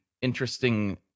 interesting